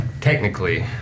technically